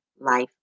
life